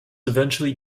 eventually